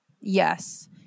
Yes